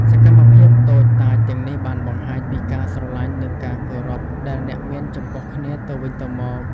សកម្មភាពតូចតាចទាំងនេះបានបង្ហាញពីការស្រលាញ់និងការគោរពដែលអ្នកមានចំពោះគ្នាទៅវិញទៅមក។